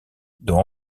doit